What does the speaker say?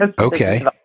Okay